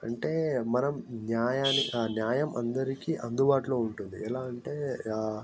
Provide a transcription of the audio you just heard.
అంటే మనం న్యాయాన్ని ఆ న్యాయం అందరికి అందుబాటులో ఉంటుంది ఎలా అంటే ఆ